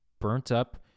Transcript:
burnt-up